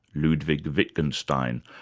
ludwig wittgenstein,